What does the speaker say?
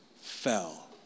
fell